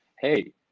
hey